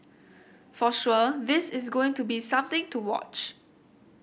for sure this is going to be something to watch